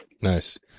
nice